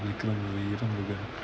விக்ரம்இருமுகன்:vikram irumugan